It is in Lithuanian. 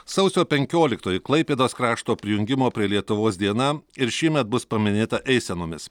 sausio penkioliktoji klaipėdos krašto prijungimo prie lietuvos diena ir šįmet bus paminėta eisenomis